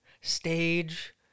stage